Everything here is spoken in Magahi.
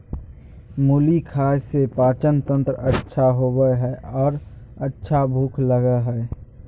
मुली खाय से पाचनतंत्र अच्छा होबय हइ आर अच्छा भूख लगय हइ